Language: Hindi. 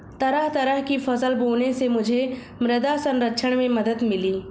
तरह तरह की फसल बोने से मुझे मृदा संरक्षण में मदद मिली